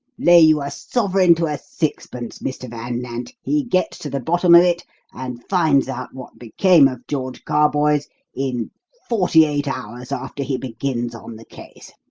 lay you a sovereign to a sixpence, mr. van nant, he gets to the bottom of it and finds out what became of george carboys in forty-eight hours after he begins on the case.